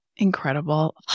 Incredible